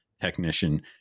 technician